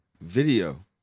video